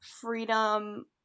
freedom